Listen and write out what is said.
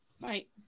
Right